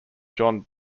john